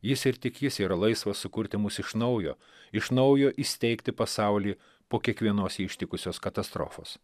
jis ir tik jis yra laisvas sukurti mus iš naujo iš naujo įsteigti pasaulį po kiekvienos jį ištikusios katastrofos